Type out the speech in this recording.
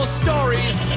stories